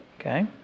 okay